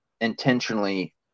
intentionally